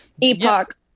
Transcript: Epoch